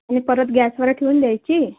आणि परत गॅसवर ठेवून द्यायची